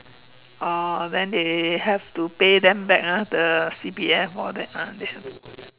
oh then they have to pay them back ah the C_P_F and all that ah they should